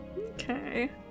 Okay